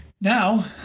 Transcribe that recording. Now